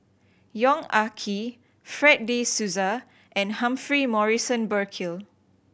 Yong Ah Kee Fred De Souza and Humphrey Morrison Burkill